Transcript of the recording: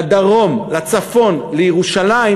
לדרום, לצפון ולירושלים,